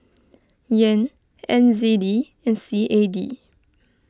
Yen N Z D and C A D